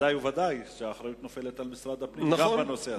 ודאי וודאי שהאחריות נופלת על משרד הפנים גם בנושא הזה.